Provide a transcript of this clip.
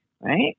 right